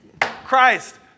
Christ